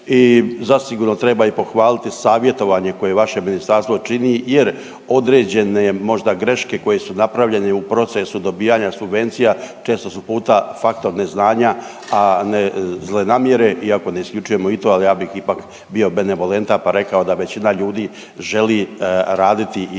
i zasigurno treba i pohvaliti savjetovanje koje je vaše ministarstvo čini jer određene možda greške koje su napravljene u procesu dobijanja subvencija često su puta faktor neznanja, a ne zle namjere iako ne isključujemo i to ali ja bih ipak bio benevolentan pa rekao da većina ljudi želi raditi i djelovati